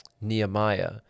Nehemiah